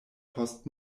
post